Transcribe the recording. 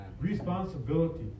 responsibility